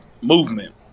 movement